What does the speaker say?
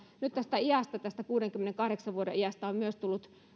nyt tästä kuudenkymmenenkahdeksan vuoden iästä on tullut